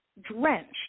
drenched